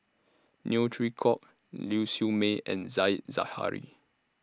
Neo Chwee Kok Ling Siew May and Said Zahari